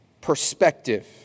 Perspective